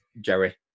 Jerry